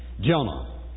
Jonah